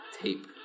tape